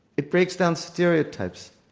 it breaks down stereotypes.